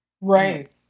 Right